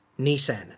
Nissan